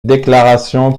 déclaration